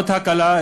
עוד הקלה,